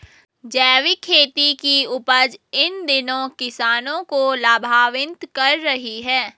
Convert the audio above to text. जैविक खेती की उपज इन दिनों किसानों को लाभान्वित कर रही है